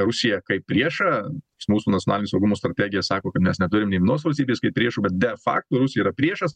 rusiją kaip priešą nes mūsų nacionalinė saugumo strategija sako kad mes neturimnė vienos valstybės kaip priešo de fakto rusija yra priešas